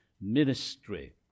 ministry